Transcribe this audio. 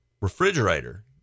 refrigerator